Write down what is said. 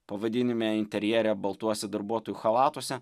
pavadinime interjere baltuose darbuotojų chalatuose